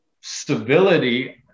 stability